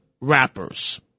rappers